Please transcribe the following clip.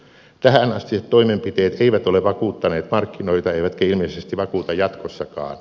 tähänastiset toimenpiteet eivät ole vakuuttaneet markkinoita eivätkä ilmeisesti vakuuta jatkossakaan